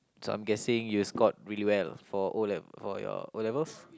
so I'm guessing you scored really well for O-lev~ for your O-levels